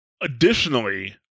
Additionally